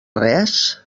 res